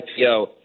IPO